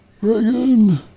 reagan